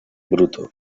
bruto